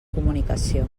comunicació